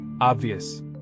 Obvious